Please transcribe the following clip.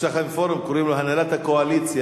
יש לכם פורום, קוראים לו הנהלת הקואליציה.